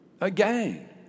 Again